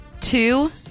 Two